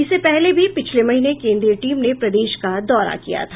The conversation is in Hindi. इससे पहले भी पिछले महीने केन्द्रीय टीम ने प्रदेश का दौरा किया था